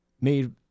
made